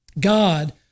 God